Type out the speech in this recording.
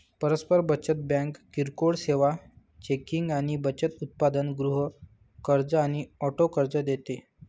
परस्पर बचत बँक किरकोळ सेवा, चेकिंग आणि बचत उत्पादन, गृह कर्ज आणि ऑटो कर्ज देते